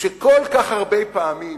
שכל כך הרבה פעמים